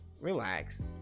Relax